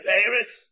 Paris